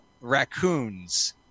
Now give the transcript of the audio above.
raccoons